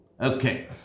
Okay